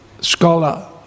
Scholar